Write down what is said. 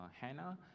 hannah